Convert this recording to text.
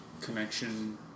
connection